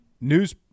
news